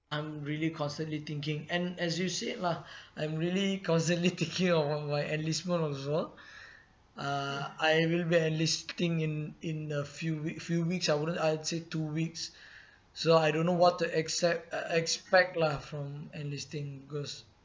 I'm really constantly thinking and as you said lah I'm really constantly thinking about my enlistment also uh I will be enlisting in in a few week few weeks I wouldn't I'd say two weeks so I don't know what to accept uh expect lah from enlisting cause